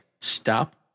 stop